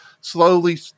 slowly